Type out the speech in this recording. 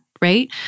Right